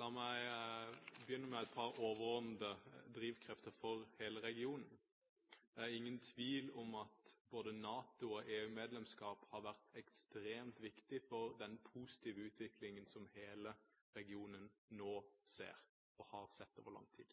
La meg begynne med et par overordnede drivkrefter for hele regionen. Det er ingen tvil om at både NATO- og EU-medlemskap har vært ekstremt viktig for den positive utviklingen som hele regionen nå ser, og har sett over lang tid.